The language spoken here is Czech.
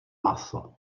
maso